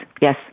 yes